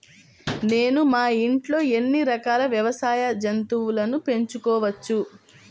నేను మా ఇంట్లో ఎన్ని రకాల వ్యవసాయ జంతువులను పెంచుకోవచ్చు?